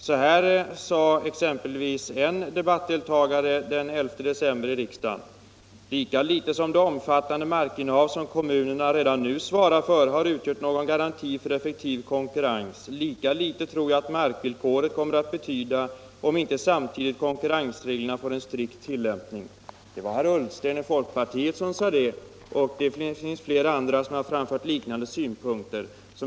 Så här sade exempelvis en debattdeltagare den 11 december i riksdagen: ”Men lika litet som det omfattande markinnehav som kommunerna redan nu svarar för har utgjort någon garanti för effektiv konkurrens, lika litet tror jag att markvillkoret kommer att betyda, om inte samtidigt konkurrensreglerna får en strikt tillämpning.” Det var herr Ullsten i folkpartiet som sade det, och flera andra har framfört liknande synpunkter.